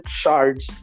shards